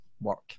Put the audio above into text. work